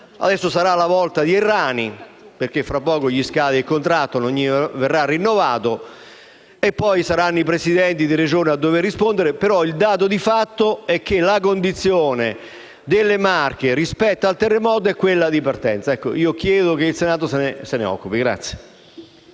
adesso sarà la volta di Errani, perché tra poco gli scade il contratto e non gli verrà rinnovato; poi saranno i Presidenti di Regione a dover rispondere. Ma il dato di fatto è che la condizione delle Marche rispetto al terremoto è quella di partenza. Chiedo che il Senato se ne occupi.